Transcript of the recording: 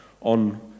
on